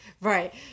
Right